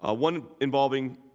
ah one evolving